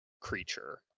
creature